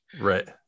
Right